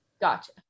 Gotcha